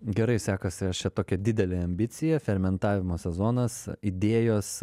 gerai sekasi aš čia tokią didelę ambiciją fermentavimo sezonas idėjos